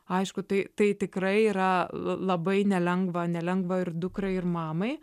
aišku tai tai tikrai yra labai nelengva nelengva ir dukrai ir mamai